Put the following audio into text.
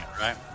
right